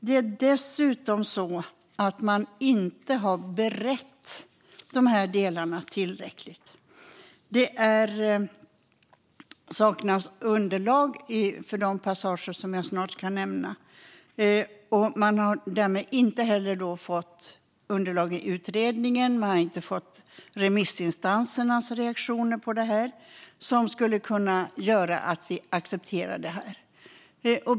Det är dessutom så att man inte har berett dessa delar tillräckligt. Det saknas underlag för de två passager som jag snart ska nämna. Man har inte haft underlag i utredningen och därmed inte heller fått remissinstansernas reaktioner, vilket hade kunnat göra att vi accepterade detta.